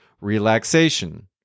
relaxation